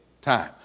time